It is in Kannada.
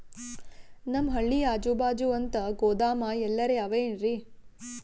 ನಮ್ ಹಳ್ಳಿ ಅಜುಬಾಜು ಅಂತ ಗೋದಾಮ ಎಲ್ಲರೆ ಅವೇನ್ರಿ?